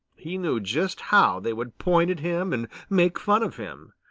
he knew just how they would point at him and make fun of him.